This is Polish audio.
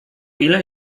ile